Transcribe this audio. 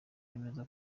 bameze